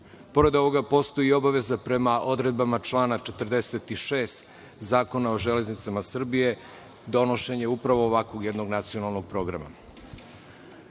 ovoga, postoji i obaveza prema odredbama člana 46. Zakona o železnicama Srbije, donošenja upravo ovakvog, jednog nacionalnog programa.